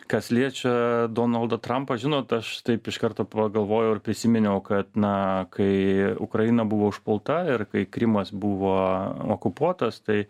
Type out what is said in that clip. kas liečia donaldą trampą žinot aš taip iš karto pragalvojau ir prisiminiau kad na kai ukraina buvo užpulta ir kai krymas buvo okupuotas tai